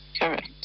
correct